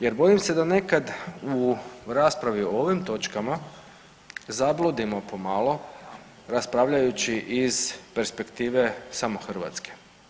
Jer bojim se da nekad u raspravi o ovim točkama zabludimo po malo raspravljajući iz perspektive samo hrvatske.